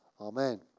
Amen